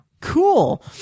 cool